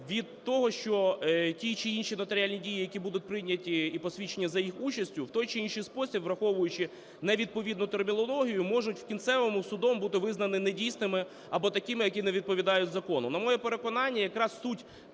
від того, що ті чи інші нотаріальні дії, які будуть прийняті, і посвідчення за їх участю в той чи іншій спосіб, враховуючи невідповідну термінологію, можуть в кінцевому судом бути визнані недійсними або такими, які не відповідають закону. На моє переконання, якраз суть